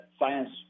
science